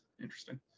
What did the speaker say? interesting